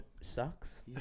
sucks